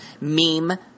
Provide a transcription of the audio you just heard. Meme